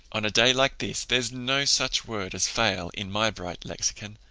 on a day like this there's no such word as fail in my bright lexicon.